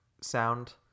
sound